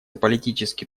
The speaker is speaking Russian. политический